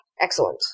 Excellent